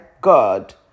God